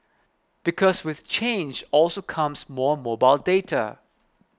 because with change also comes more mobile data